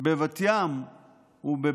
בבת ים ובבאקה,